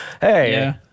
Hey